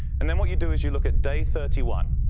and then what you do is you look at day thirty one.